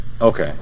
Okay